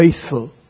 faithful